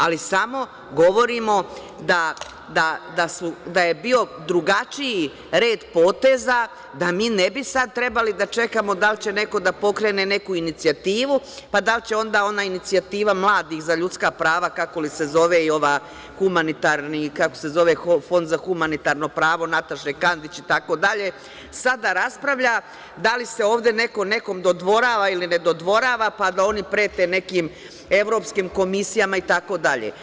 Ali, samo govorimo da je bio drugačiji red poteza, da mi ne bi sad trebali da čekamo da li će neko da pokrene neku inicijativu, pa da li će onda ona inicijativa mladih za ljudska prava, kako li se zove, i ovaj Fond za humanitarno pravo Nataše Kandić, itd, sada raspravlja da li se ovde neko nekom dodvorava ili ne dodvorava, pa da oni prete nekim evropskim komisijama itd.